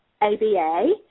ABA